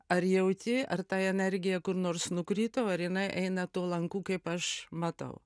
ar jauti ar ta energija kur nors nukrito ar jinai eina tuo lanku kaip aš matau